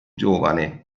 giovane